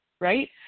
right